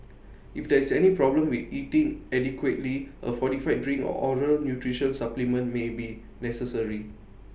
if there is any problem with eating adequately A fortified drink or oral nutrition supplement may be necessary